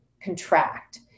contract